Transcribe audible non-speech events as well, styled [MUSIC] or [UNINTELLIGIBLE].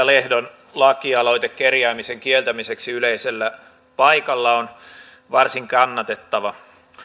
[UNINTELLIGIBLE] lehdon lakialoite kerjäämisen kieltämiseksi yleisellä paikalla on varsin kannatettava